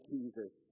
Jesus